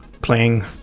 playing